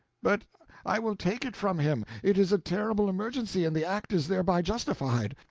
but i will take it from him it is a terrible emergency and the act is thereby justified.